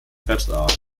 vertrag